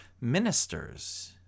ministers